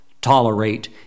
tolerate